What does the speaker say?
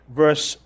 verse